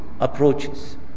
approaches